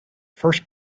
first